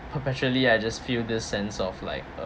perpetually I just feel this sense of like a